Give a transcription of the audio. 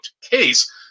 case